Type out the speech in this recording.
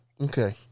Okay